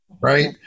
Right